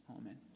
amen